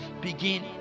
begin